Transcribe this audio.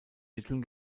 mitteln